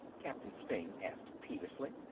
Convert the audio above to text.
captain steng asked peevishly.